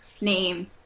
name